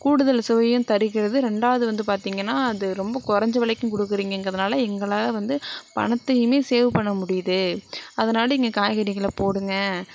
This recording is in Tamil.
கூடுதல் சுவையும் தருகிறது ரெண்டாவது வந்து பார்த்தீங்கன்னா அது ரொம்ப கொறைஞ்ச விலைக்கும் கொடுக்கறீங்கங்கிறதுனால எங்களால் வந்து பணத்தையும் சேவ் பண்ண முடியுது அதனால் நீங்கள் காய்கறிகளை போடுங்கள்